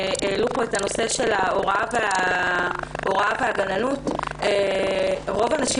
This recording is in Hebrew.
העלו פה את נושא ההוראה והגננות רוב הנשים